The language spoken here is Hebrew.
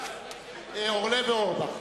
אורלב ואורבך.